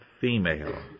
female